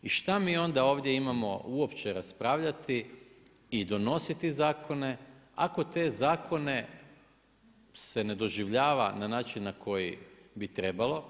I šta mi onda ovdje imamo uopće raspravljati i donositi zakone ako te zakone se ne doživljava na način na koji bi trebalo.